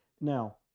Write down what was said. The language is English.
Now